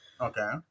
Okay